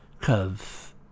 Cause